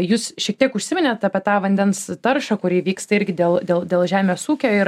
jūs šiek tiek užsiminėt apie tą vandens taršą kuri įvyksta ir dėl dėl dėl žemės ūkio ir